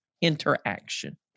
interaction